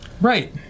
Right